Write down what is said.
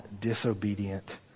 disobedient